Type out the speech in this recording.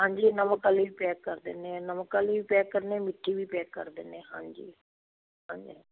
ਹਾਂਜੀ ਨਮਕ ਵਾਲੀ ਪੈਕ ਕਰ ਦਿੰਦੇ ਹਾਂ ਨਮਕ ਵਾਲੀ ਪੈਕ ਕਰਨੇ ਮਿੱਠੀ ਵੀ ਪੈਕ ਕਰ ਦਿੰਦੇ ਹਾਂ ਹਾਂਜੀ ਹਾਂਜੀ